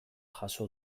jaso